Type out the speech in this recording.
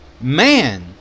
Man